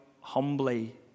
humbly